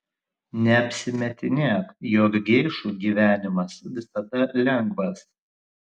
neapsimetinėk jog geišų gyvenimas visada lengvas